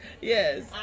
Yes